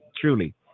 truly